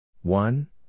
one